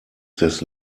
des